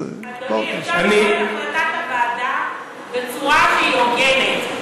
אדוני, אפשר לקרוא את החלטת הוועדה בצורה הוגנת.